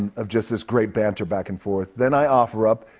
of just this great banter back and forth, then i offer up,